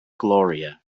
gloria